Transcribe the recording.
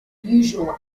usual